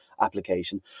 application